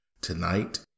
Tonight